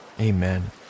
amen